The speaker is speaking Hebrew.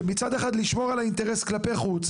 שמצד אחד לשמור על האינטרס כלפי חוץ,